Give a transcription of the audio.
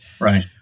Right